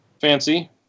Fancy